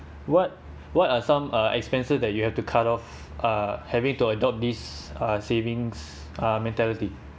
what what are some uh expenses that you have to cut off uh having to adopt this uh savings uh mentality